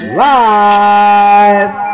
live